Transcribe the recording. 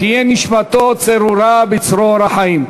תהיה נשמתו צרורה בצרור החיים.